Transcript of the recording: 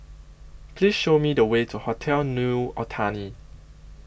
Please Show Me The Way to Hotel New Otani